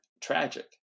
tragic